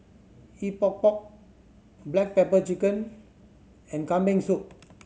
Epok Epok black pepper chicken and Kambing Soup